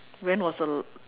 when was the l~